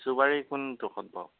লিচুবাৰীৰ কোনডোখৰত বাৰু